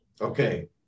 Okay